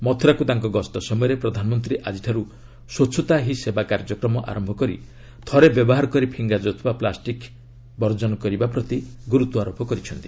ମଥୁରାକୁ ତାଙ୍କ ଗସ୍ତ ସମୟରେ ପ୍ରଧାନମନ୍ତ୍ରୀ ଆଜିଠାରୁ ସ୍ୱଚ୍ଛତା ହିଁ ସେବା କାର୍ଯ୍ୟକ୍ରମ ଆରମ୍ଭ କରି ଥରେ ବ୍ୟବହାର କରି ଫିଙ୍ଗା ଯାଉଥିବା ପ୍ଲାଷ୍ଟିକ୍ ବର୍ଜନ କରିବା ପ୍ରତି ଗୁରୁତ୍ୱାରୋପ କରିଛନ୍ତି